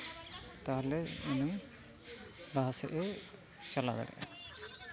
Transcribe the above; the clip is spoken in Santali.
ᱛᱟᱦᱚᱞᱮ ᱤᱧ ᱞᱟᱦᱟ ᱥᱮᱜ ᱮ ᱪᱟᱞᱟᱣ ᱫᱟᱲᱮᱭᱟᱜᱼᱟ